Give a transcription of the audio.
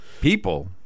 People